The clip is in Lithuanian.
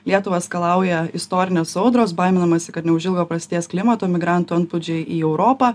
lietuvą skalauja istorinės audros baiminamasi kad neužilgo prasidės klimato migrantų antplūdžiai į europą